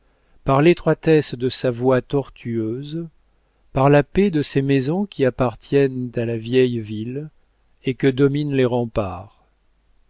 par l'étroitesse de sa voie tortueuse par la paix de ses maisons qui appartiennent à la vieille ville et que dominent les remparts